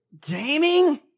Gaming